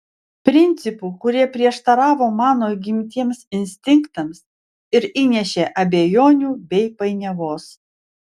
principų kurie prieštaravo mano įgimtiems instinktams ir įnešė abejonių bei painiavos